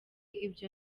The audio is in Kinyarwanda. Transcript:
ibyo